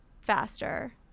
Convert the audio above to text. faster